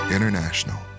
International